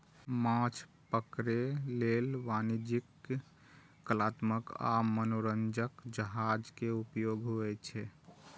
माछ पकड़ै लेल वाणिज्यिक, कलात्मक आ मनोरंजक जहाज के उपयोग होइ छै